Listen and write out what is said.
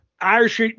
Irish